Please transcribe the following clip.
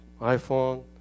iPhone